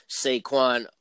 Saquon